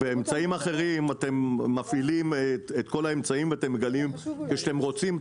באמצעים אחרים את מפעילים את כל האמצעים כשאתם רוצים,